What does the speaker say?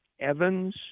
Evans